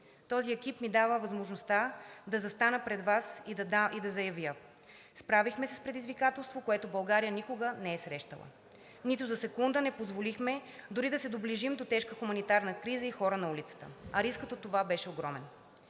Този екип ми дава възможността да застана пред Вас и да заявя – справихме се с предизвикателство, което България никога не е срещала. Нито за секунда не позволихме дори да се доближим до тежка хуманитарна криза и хора на улицата, а рискът от това беше огромен.